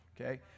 okay